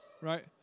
Right